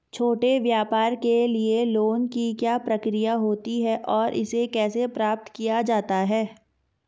छोटे व्यापार के लिए लोंन की क्या प्रक्रिया होती है और इसे कैसे प्राप्त किया जाता है?